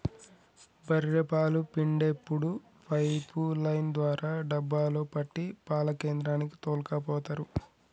బఱ్ఱె పాలు పిండేప్పుడు పైపు లైన్ ద్వారా డబ్బాలో పట్టి పాల కేంద్రానికి తోల్కపోతరు